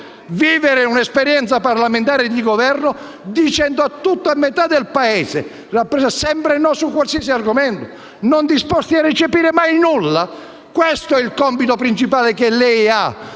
vivere un'esperienza parlamentare di Governo dicendo sempre no a metà del Paese su qualsiasi argomento, non disposti recepire mai nulla? Questo è il compito principale che lei ha